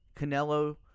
Canelo